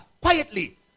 quietly